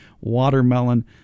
watermelon